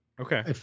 Okay